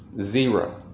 Zero